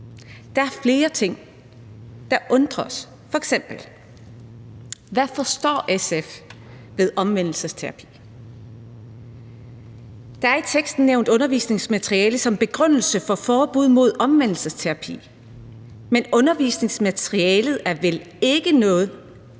Der er flere ting, der undrer os, f.eks.: Hvad forstår SF ved omvendelsesterapi? Der er i teksten nævnt undervisningsmateriale som begrundelse for forbuddet mod omvendelsesterapi. Men undervisningsmaterialet har vel ikke noget